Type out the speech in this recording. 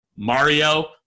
Mario